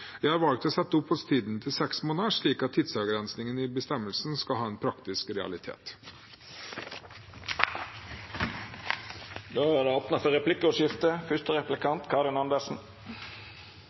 Jeg har valgt å sette oppholdstiden til seks måneder, slik at tidsavgrensningen i bestemmelsen skal ha en praktisk realitet. Det vert replikkordskifte.